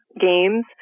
games